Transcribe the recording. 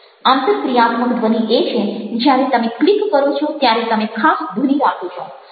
આંતરક્રિયાત્મક ધ્વનિ એ છે જ્યારે તમે ક્લિક કરો છો ત્યારે તમે ખાસ ધ્વનિ રાખો છો